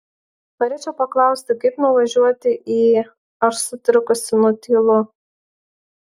norėčiau paklausti kaip nuvažiuoti į aš sutrikusi nutylu